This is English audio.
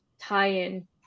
tie-in